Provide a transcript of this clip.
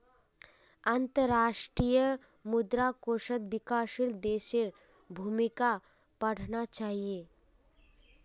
अंतर्राष्ट्रीय मुद्रा कोषत विकासशील देशेर भूमिका पढ़ना चाहिए